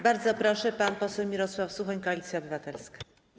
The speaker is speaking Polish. Bardzo proszę, pan poseł Mirosław Suchoń, Koalicja Obywatelska.